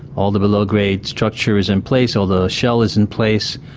all the below grade structure is in place, all the shell is in place.